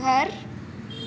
घर